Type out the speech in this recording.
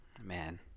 Man